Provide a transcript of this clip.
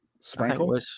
Sprinkle